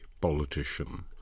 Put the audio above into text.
politician